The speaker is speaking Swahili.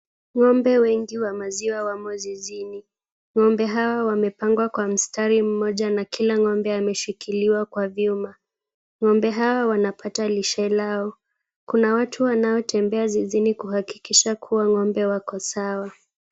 Ng'ombe wengi wa maziwa wamo zizini. Ng'ombe hawa wamepangwa kwa mstari mmoja na kila ng'ombe ameshikiliwa kwa vyuma. Ng'ombe hawa wanapata lishe lao. Kuna watu wanaotembea zizini kuhakikisha kuwa ng'ombe wako sawa.